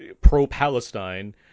pro-Palestine